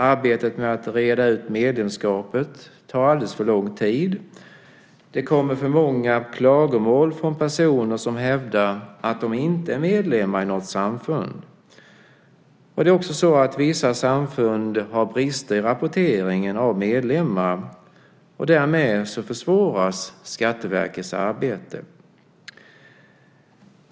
Arbetet med att reda ut medlemskapet tar alldeles för lång tid. Det kommer för många klagomål från personer som hävdar att de inte är medlemmar i något samfund. Vissa samfund har också brister i rapporteringen av medlemmar. Därmed försvåras Skatteverkets arbete.